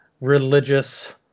religious